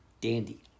dandy